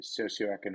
socioeconomic